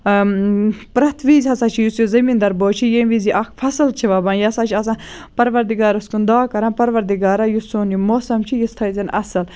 پرٛٮ۪تھ وِزِ ہسا چھُ یُس یہِ زٔمیٖن دار بوے چھ ییٚمہِ وِزِ یہِ اکھ فَصٕل چھ وَوان یہِ ہسا چھ آسان پَروردِگارَس سُند دعا کران پروردِگارا یُس سون یہِ موسَم چھُ یہِ تھٲے زَن اَصٕل